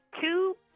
Two